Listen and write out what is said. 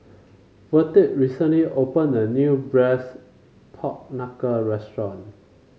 Verdie recently opened a new braise Pork Knuckle restaurant